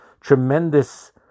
tremendous